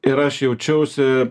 ir aš jaučiausi